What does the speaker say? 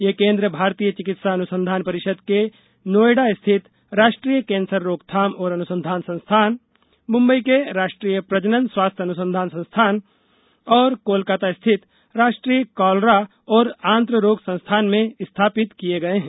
ये केन्द्र भारतीय चिकित्सा अनुसंधान परिषद के नोएडा स्थित राष्ट्रीय कैंसर रोकथाम और अनुसंधान संस्थान मुंबई के राष्ट्रीय प्रजनन स्वास्थ्य अनुसंधान संस्थान और कोलकाता स्थित राष्ट्रीय कॉलरा और आंत्ररोग संस्थान में स्थापित किये गए हैं